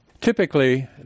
Typically